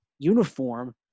uniform